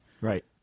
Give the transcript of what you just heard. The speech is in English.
right